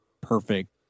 perfect